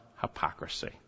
hypocrisy